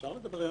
אפשר לדבר.